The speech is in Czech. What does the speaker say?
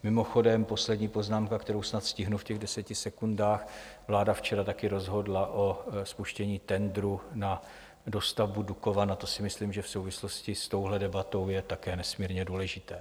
Mimochodem, poslední poznámka, kterou snad stihnu v těch deseti sekundách: vláda včera také rozhodla o spuštění tendru na dostavbu Dukovan, a to si myslím, že v souvislosti s touhle debatou je také nesmírně důležité.